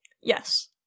Yes